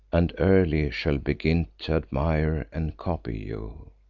and early shall begin t' admire and copy you.